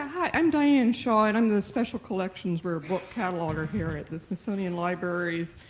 and i'm diane shaw, and i'm the special collections rare book cataloguer here at the smithsonian libraries,